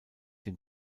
dem